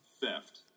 theft